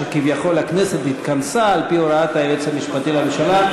שכביכול הכנסת התכנסה על-פי הוראת היועץ המשפטי לממשלה.